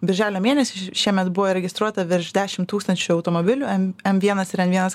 birželio mėnesį šiemet buvo įregistruota virš dešim tūkstančių automobilių em em vienas ir en vienas